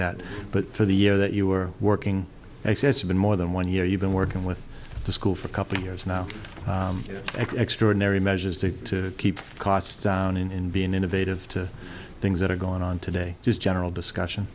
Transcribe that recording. that but for the year that you were working excessive been more than one year you've been working with the school for a couple of years now extraordinary measures to keep costs down in being innovative to things that are going on today just general discussion